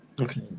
okay